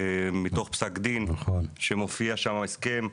מתוך פסק דין שמופיע שם הסכם.